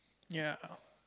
ya